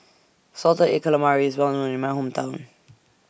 Salted Egg Calamari IS Well known in My Hometown